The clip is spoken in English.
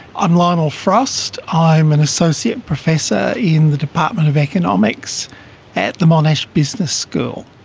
i'm lionel frost, i am an associate professor in the department of economics at the monash business school.